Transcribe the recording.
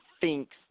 thinks